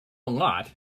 lot